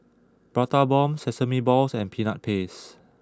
Prata Bomb Sesame Balls and Peanut Paste